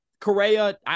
Correa